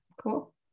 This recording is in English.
cool